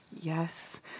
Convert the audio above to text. Yes